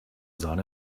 sahne